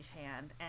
hand